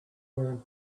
wearing